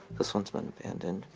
this one's been abandoned